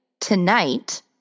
tonight